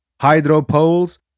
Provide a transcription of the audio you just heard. hydro-poles